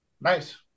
Nice